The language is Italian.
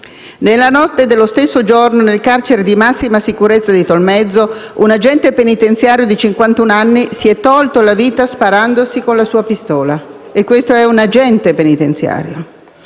nella notte dello stesso giorno, nel cercare di massima sicurezza di Tolmezzo, un agente penitenziario di cinquantuno anni si è tolto la vita sparandosi con la sua pistola; e questo era un agente penitenziario.